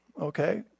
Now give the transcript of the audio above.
okay